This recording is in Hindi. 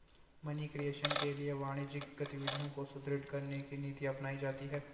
मनी क्रिएशन के लिए वाणिज्यिक गतिविधियों को सुदृढ़ करने की नीति अपनाई जाती है